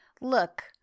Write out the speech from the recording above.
look